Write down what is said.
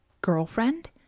girlfriend